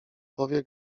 powie